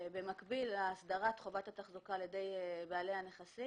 במקביל להסדרת חובת התחזוקה על ידי בעלי הנכסים,